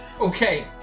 Okay